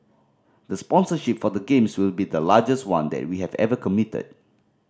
the sponsorship for the Games will be the largest one that we have ever committed